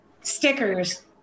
stickers